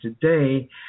today